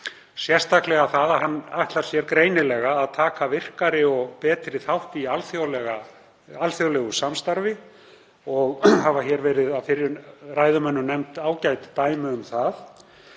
sérstaklega að hann ætli sér greinilega að taka virkari og betri þátt í alþjóðlegu samstarfi, og hafa hér verið nefnd ágæt dæmi um það